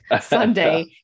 Sunday